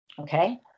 Okay